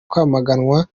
kwamaganwa